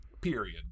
period